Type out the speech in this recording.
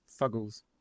Fuggles